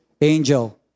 angel